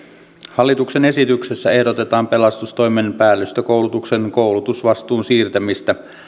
hallituksen esityksessä ehdotetaan pelastustoimen päällystökoulutuksen koulutusvastuun siirtämistä